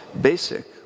basic